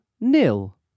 nil